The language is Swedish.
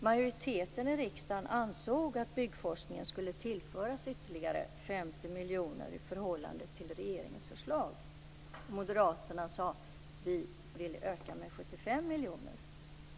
Majoriteten i riksdagen ansåg att byggforskningen skulle tillföras ytterligare 50 miljoner i förhållande till regeringens förslag. Moderaterna sade: Vi vill öka med 75 miljoner.